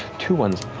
two ones,